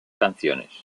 canciones